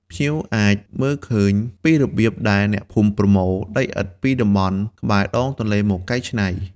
ភ្ញៀវអាចមើលឃើញពីរបៀបដែលអ្នកភូមិប្រមូល ដីឥដ្ឋ ពីតំបន់ក្បែរដងទន្លេមកកែច្នៃ។